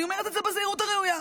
אני אומרת זה בזהירות הראויה.